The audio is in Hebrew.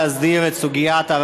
לעשות פריש-מיש,